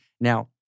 Now